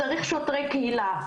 צריך שוטרי קהילה.